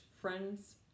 friends